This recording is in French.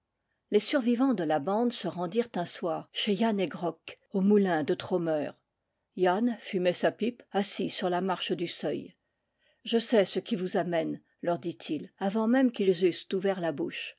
les survivants de la bande se rendirent un soir chez yann he grok au moulin de trômeur yann fumait sa pipe assis sur la marche du seuil je sais ce qui vous amène leur dit-il avant même qu'ils eussent ouvert la bouche